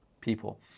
people